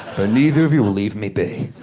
but neither of you will leave me be.